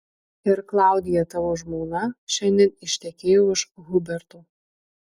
ir klaudija tavo žmona šiandien ištekėjo už huberto